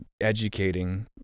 educating